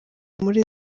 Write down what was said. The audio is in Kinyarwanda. muri